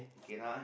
K now eh